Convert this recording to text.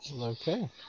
Okay